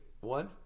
one